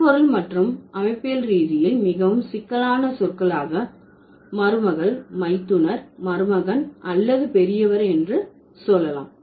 சொற்பொருள் மற்றும் அமைப்பியல் ரீதியில் மிகவும் சிக்கலான சொற்களாக மருமகள் மைத்துனர் மருமகன் அல்லது பெரியவர் என்று சொல்லலாம்